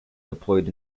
deployed